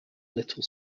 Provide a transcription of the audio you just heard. little